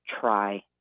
try